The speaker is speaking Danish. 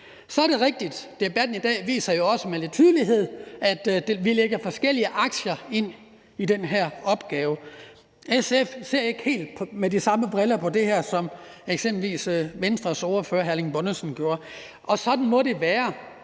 Så er det rigtigt, at debatten i dag jo også viser med lidt tydelighed, at vi lægger forskellige aktier ind i den her opgave. SF ser ikke helt med de samme briller på det her, som eksempelvis Venstres ordfører, hr. Erling Bonnesen, gjorde, og sådan må det være.